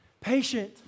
patient